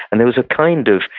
and there was a kind of,